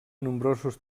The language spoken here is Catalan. nombrosos